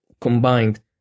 combined